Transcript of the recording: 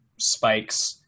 Spike's